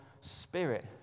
spirit